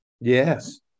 yes